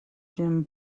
jim